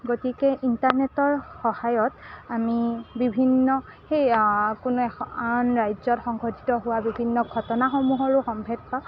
গতিকে ইণ্টাৰনেটৰ সহায়ত আমি বিভিন্ন সেই কোনো এখন আন ৰাজ্যত সংঘটিত হোৱা বিভিন্ন ঘটনাসমূহৰো সম্ভেদ পাওঁ